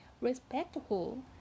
respectful